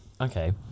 Okay